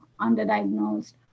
underdiagnosed